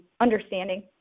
understanding